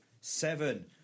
Seven